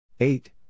Eight